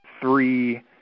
three